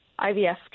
IVF